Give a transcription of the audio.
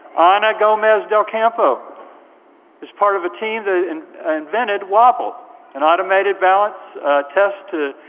ana gomez del campo is part of a team that and ah invented wobble an automated balance test to